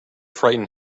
frighten